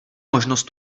možnost